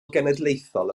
genedlaethol